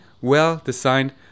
well-designed